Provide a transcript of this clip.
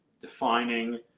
defining